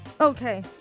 okay